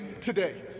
today